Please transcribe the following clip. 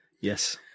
Yes